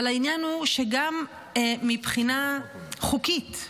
אבל העניין הוא שגם מבחינה חוקית,